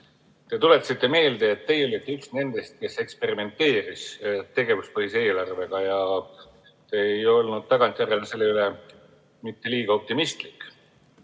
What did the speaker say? Te tuletasite meelde, et teie olite üks nendest, kes eksperimenteeris tegevuspõhise eelarvega, ja te ei olnud tagantjärele selle suhtes mitte liiga optimistlik.